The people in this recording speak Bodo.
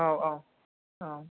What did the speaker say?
औ औ औ